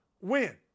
win